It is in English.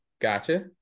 gotcha